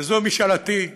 וזו משאלתי,